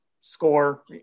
score